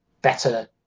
better